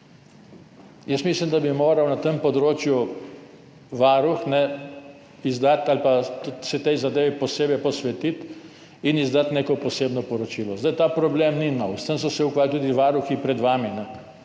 Jaz mislim, da bi se moral temu področju ali pa tej zadevi Varuh posebej posvetiti in izdati neko posebno poročilo. Ta problem ni nov, s tem so se ukvarjali tudi varuhi pred vami,